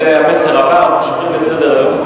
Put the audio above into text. אנחנו ממשיכים בסדר-היום.